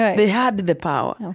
they had the power.